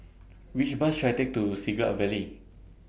Which Bus should I Take to Siglap Valley